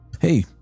Hey